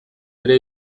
ere